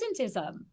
presentism